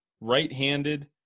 right-handed